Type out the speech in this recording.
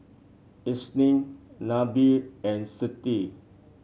Isnin Nabil and Siti